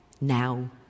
now